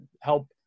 help